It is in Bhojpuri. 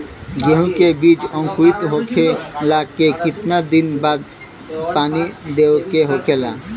गेहूँ के बिज अंकुरित होखेला के कितना दिन बाद पानी देवे के होखेला?